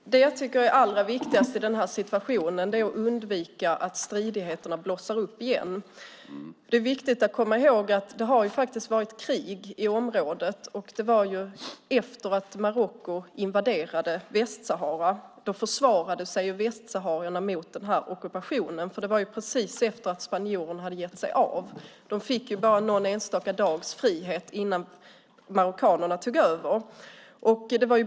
Herr talman! Det jag tycker är allra viktigast i situationen är att undvika att stridigheterna blossar upp igen. Det har faktiskt varit krig i området. Efter det att Marocko invaderade Västsahara försvarade sig västsaharierna mot ockupationen. Det var precis efter att Spanien hade gett sig av. De fick bara någon enstaka dags frihet innan marockanerna tog över.